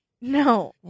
no